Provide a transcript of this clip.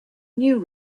new